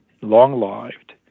long-lived